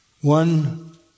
One